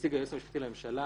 ומנציג היועץ המשפטי לממשלה